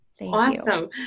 Awesome